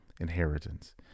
inheritance